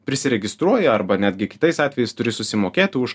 prisiregistruoji arba netgi kitais atvejais turi susimokėti už